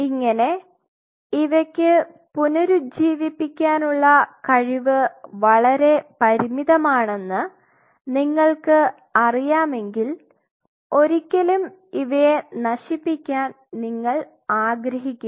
ഇങ്ങനെ ഇവക്ക് പുനരുജ്ജീവിപ്പിക്കാനുള്ള കഴിവ് വളരെ പരിമിതമാണെന്ന് നിങ്ങൾക്ക് അറിയാമെങ്കിൽ ഒരിക്കലും ഇവയെ നശിപ്പിക്കാൻ നിങ്ങൾ ആഗ്രഹിക്കില്ല